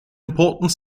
important